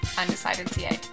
undecidedca